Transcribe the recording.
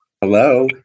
Hello